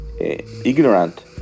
ignorant